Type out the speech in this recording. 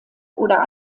oder